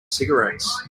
cigarettes